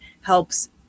helps